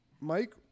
mike